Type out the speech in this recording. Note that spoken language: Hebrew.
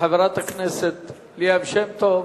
לחברת הכנסת ליה שמטוב.